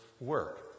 work